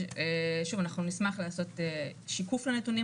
ששוב אנחנו נשמח לעשות שיקוף לנתונים